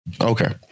Okay